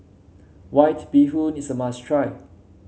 White Bee Hoon is a must try